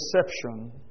perception